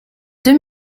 deux